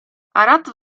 arat